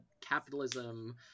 capitalism